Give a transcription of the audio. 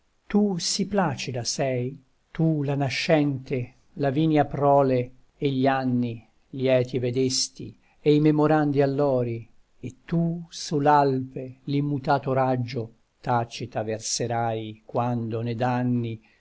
tu sì placida sei tu la nascente lavinia prole e gli anni lieti vedesti e i memorandi allori e tu su l'alpe l'immutato raggio tacita verserai quando ne danni